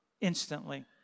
instantly